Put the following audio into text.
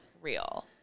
real